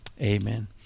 Amen